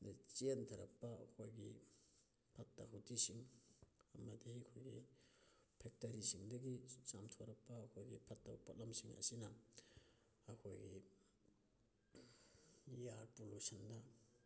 ꯆꯦꯟꯊꯔꯛꯄ ꯑꯩꯈꯣꯏꯒꯤ ꯐꯠꯇ ꯍꯥꯎꯗꯤꯁꯤꯡ ꯑꯃꯗꯤ ꯑꯩꯈꯣꯏꯒꯤ ꯐꯦꯛꯇꯔꯤꯁꯤꯡꯗꯒꯤ ꯆꯥꯝꯊꯣꯔꯛꯄ ꯑꯩꯈꯣꯏꯒꯤ ꯐꯠꯇꯕ ꯄꯣꯠꯂꯝꯁꯤꯡ ꯑꯁꯤꯅ ꯑꯩꯈꯣꯏꯒꯤ ꯏꯌꯥꯔ ꯄꯣꯂꯨꯁꯟꯗ